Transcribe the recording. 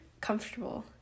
comfortable